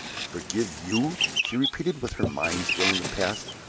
forgive you? she repeated, with her mind still in the past,